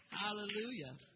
Hallelujah